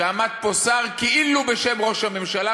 שעמד פה שר כאילו בשם ראש הממשלה,